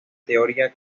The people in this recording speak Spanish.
teoría